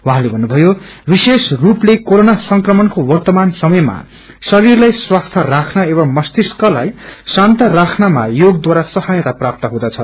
उहाँले भन्नुभयो विशेष रूफ्ले कोरोना संक्रमणको वर्तमान संमयमा शरीरलाई स्वस्थ्य राख्न एवं मध्विकलाई शान्त राख्नमा यागदारासहायता प्राप्त हुनेछ